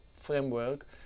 framework